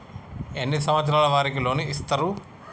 ఎన్ని సంవత్సరాల వారికి లోన్ ఇస్తరు?